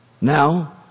Now